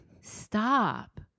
stop